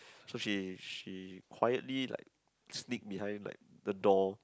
so she she quietly like sneak behind like the door